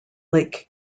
lake